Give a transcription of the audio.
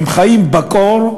הם חיים בקור.